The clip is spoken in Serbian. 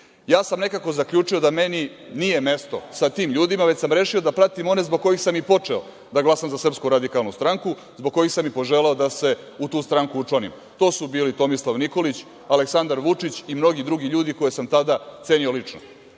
Ja sam nekako zaključio da meni nije mesto sa tim ljudima, već sam rešio da pratim one zbog kojih sam i počeo da glasam za SRS, zbog kojih sam i poželeo da se u tu stranku učlanim. To su bili Tomislav Nikolić, Aleksandar Vučić i mnogi drugi ljudi koje sam tada cenio